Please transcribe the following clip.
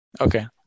Okay